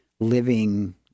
living